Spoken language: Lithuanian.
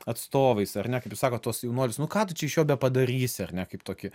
atstovais ar ne kaip jūs sakot tuos jaunuolius nu ką tu čia iš jo bepadarysi ar ne kaip tokie